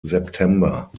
september